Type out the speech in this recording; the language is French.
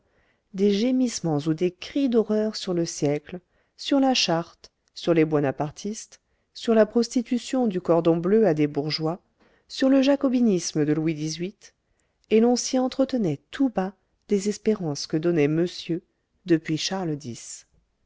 des gémissements ou des cris d'horreur sur le siècle sur la charte sur les buonapartistes sur la prostitution du cordon bleu à des bourgeois sur le jacobinisme de louis xviii et l'on s'y entretenait tout bas des espérances que donnait monsieur depuis charles x